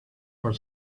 for